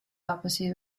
opposite